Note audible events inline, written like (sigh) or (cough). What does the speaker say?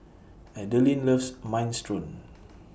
Adaline loves Minestrone (noise)